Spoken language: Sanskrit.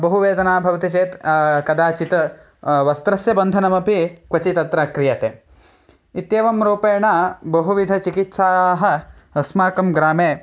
बहु वेदना भवति चेत् कदाचित् वस्त्रस्य बन्धनमपि क्वचित् अत्र क्रियते इत्येवं रूपेण बहुविधचिकित्साः अस्माकं ग्रामे